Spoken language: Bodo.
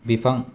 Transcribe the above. बिफां